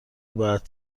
باید